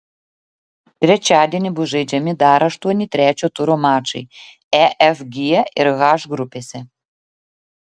trečiadienį bus žaidžiami dar aštuoni trečio turo mačai e f g ir h grupėse